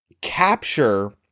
capture